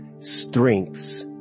strengths